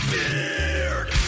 Beard